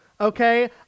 okay